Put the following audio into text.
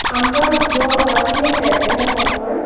आमकां जो अच्छेव लॅसन आसा पळय